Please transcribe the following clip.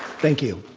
thank you.